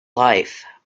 life